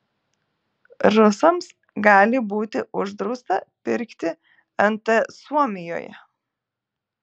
rusams gali būti uždrausta pirkti nt suomijoje